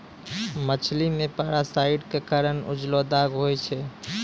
मछली मे पारासाइट क कारण उजलो दाग होय छै